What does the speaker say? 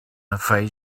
afraid